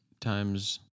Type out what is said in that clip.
Times